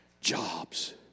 jobs